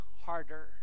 harder